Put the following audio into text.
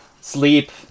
sleep